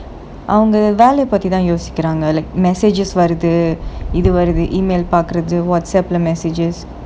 அவுங்க வேலைய பத்தி தான் யோசிக்குறாங்க:avunga velaiya pathi thaan yosikuraanga like messages வருது இது வருது:varuthu ithu varuthu email பாக்குறது:paakurathu WhatsApp leh messages